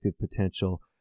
potential